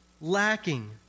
lacking